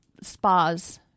spas